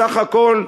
בסך הכול,